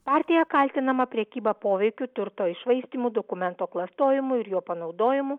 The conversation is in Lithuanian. partija kaltinama prekyba poveikiu turto iššvaistymu dokumento klastojimu ir jo panaudojimu